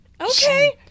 Okay